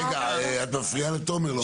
רגע, את מפריעה לתומר לומר משהו.